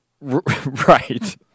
right